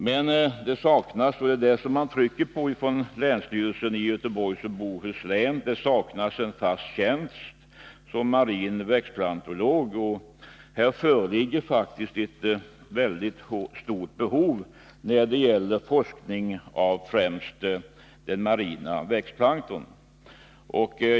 Men det saknas — och det är det som länsstyrelsen i Göteborgs och Bohus län trycker på — en fast tjänst som marin växtplantolog. Det föreligger faktiskt ett mycket stort behov av en sådan tjänst när det gäller forskning om främst marin växtplankton.